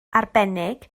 arbennig